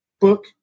book